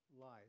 life